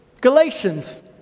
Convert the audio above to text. Galatians